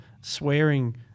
swearing